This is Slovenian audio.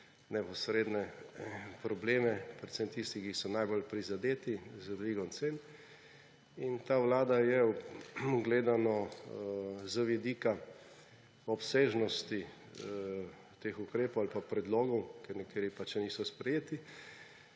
neposredne probleme predvsem tistih, ki so najbolj prizadeti z dvigom cen. In ta vlada je, gledano z vidika obsežnosti teh ukrepov ali pa predlogov, ker nekateri pač še niso sprejeti,